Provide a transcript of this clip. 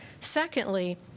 Secondly